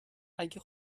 اگه